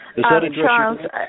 Charles